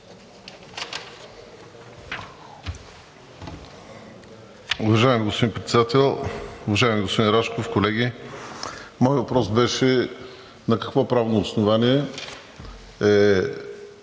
Уважаеми господин Председател, уважаеми господин Рашков, колеги! Моят въпрос беше на какво правно основание е